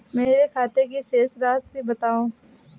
मेरे खाते की शेष राशि बताओ?